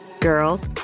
Girl